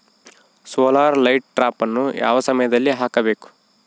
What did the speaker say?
Solar light ಟ್ರಾಪನ್ನು ಯಾವ ಸಮಯದಲ್ಲಿ ಹಾಕಬೇಕು?